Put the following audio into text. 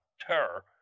terror